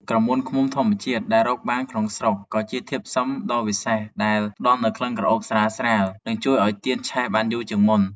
ក្រមួនឃ្មុំធម្មជាតិដែលរកបានក្នុងស្រុក ក៏ជាធាតុផ្សំដ៏វិសេសដែលផ្ដល់នូវក្លិនក្រអូបស្រាលៗ និងជួយឱ្យទៀនឆេះបានយូរជាងមុន។